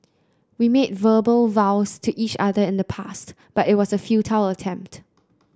we made verbal vows to each other in the past but it was a futile attempt